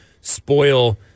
spoil